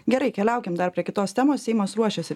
gerai keliaukim dar prie kitos temos seimas ruošiasi